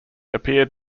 appeared